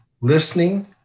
listening